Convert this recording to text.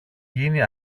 γίνει